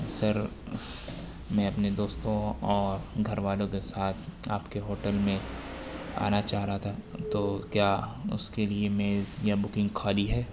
سر میں اپنے دوستوں اور گھر والوں کے ساتھ آپ کے ہوٹل میں آنا چاہ رہا تھا تو کیا اس کے لیے میز یا بکنگ خالی ہے